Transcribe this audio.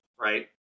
right